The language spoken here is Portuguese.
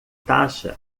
taxa